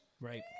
Right